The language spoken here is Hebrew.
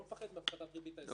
הוא לא מפחד מהפחתת הריבית ההסכמית.